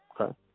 Okay